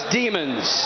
demons